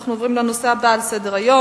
אנחנו עוברים לנושא הבא על סדר-היום.